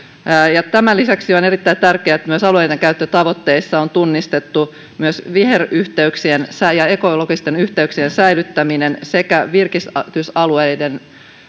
ja tämän lisäksi on erittäin tärkeää että alueidenkäyttötavoitteissa on tunnistettu myös viheryhteyksien ja ekologisten yhteyksien säilyttäminen sekä virkistysalueiden